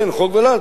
כן, חוק ול"ל.